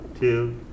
two